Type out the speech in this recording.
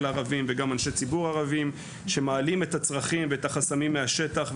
ואנשי ציבור ערבים שמעלים את הצרכים והחסמים מהשטח.